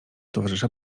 towarzysza